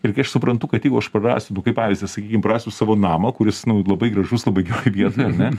ir kai aš suprantu kad jeigu aš prarasiu nu kaip pavyzdį sakykim prarasiu savo namą kuris nu labai gražus labai geroj vietoj ar ne